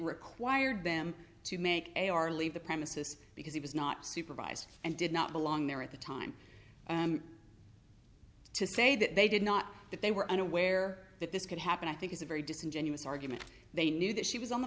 required them to make a or leave the premises because he was not supervised and did not belong there at the time to say that they did not that they were unaware that this could happen i think is a very disingenuous argument they knew that she was on the